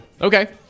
okay